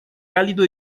cálido